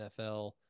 NFL